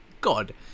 god